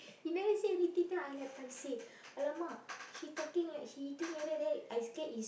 he never say anything then I like paiseh !alamak! he talking like he eating like that then I scared is